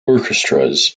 orchestras